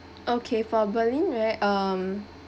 okay for berlin right um